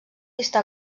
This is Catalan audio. està